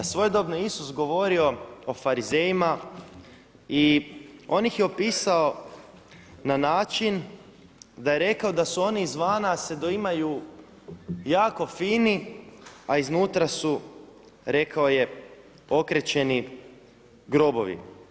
Svojedobno je Isus govorio o Farizejima i on ih je opisao na način da je rekao da su oni izvana se doimaju jako fini, a iznutra su, rekao je okrečeni grobovi.